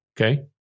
okay